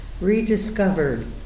rediscovered